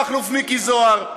מכלוף מיקי זוהר,